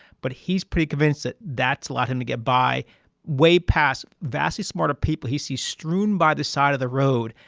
but he's pretty convinced that that's allowed him to get by way past vastly smarter people he sees strewn by the side of the road,